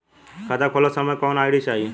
खाता खोलत समय कौन आई.डी चाही?